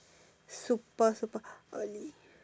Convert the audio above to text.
super super early